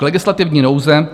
Legislativní nouze.